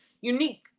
unique